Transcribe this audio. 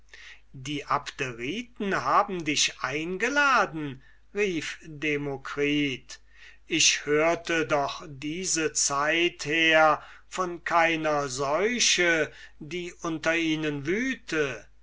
die abderiten haben dich eingeladen rief demokritus ich hörte doch diese zeit her von keiner seuche die unter ihnen wüte